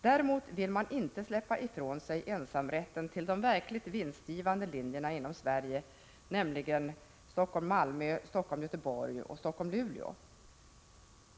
Däremot vill man inte släppa ifrån sig ensamrätten till de verkligt vinstgivande linjerna inom Sverige, nämligen Helsingfors-Malmö, Helsingfors-Göteborg och Helsingfors-Luleå.